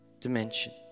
dimension